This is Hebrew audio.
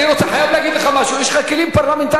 אני חייב להגיד לך משהו: יש לך כלים פרלמנטריים.